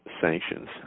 sanctions